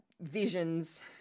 visions